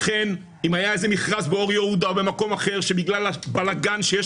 לכן אם היה איזה מכרז באור יהודה או במקום אחר שבגלל הבלגן שיש